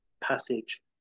passage